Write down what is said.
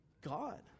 God